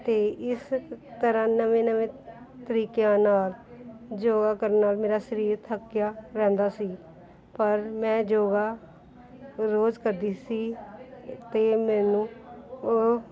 ਅਤੇ ਇਸ ਤਰ੍ਹਾਂ ਨਵੇਂ ਨਵੇਂ ਤਰੀਕਿਆਂ ਨਾਲ ਯੋਗਾ ਕਰਨ ਨਾਲ ਮੇਰਾ ਸਰੀਰ ਥੱਕਿਆ ਰਹਿੰਦਾ ਸੀ ਪਰ ਮੈਂ ਯੋਗਾ ਰੋਜ਼ ਕਰਦੀ ਸੀ ਅਤੇ ਮੈਨੂੰ ਉਹ